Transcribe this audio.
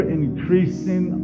increasing